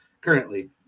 currently